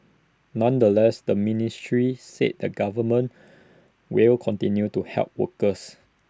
nonetheless the ministry said the government will continue to help workers